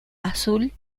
azul